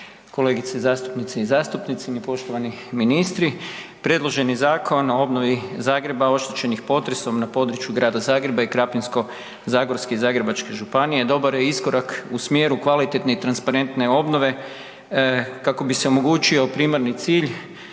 kolegice zastupnice i zastupnici i poštovani ministri. Predloženi Zakon o obnovi Zagreba oštećenih potresom na području Grada Zagreba i Krapinsko-zagorske i Zagrebačke županije dobar je iskorak u smjeru kvalitetne i transparentne obnove kako bi se omogućio primarni cilj,